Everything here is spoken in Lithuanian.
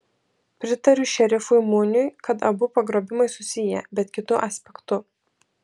pritariu šerifui muniui kad abu pagrobimai susiję bet kitu aspektu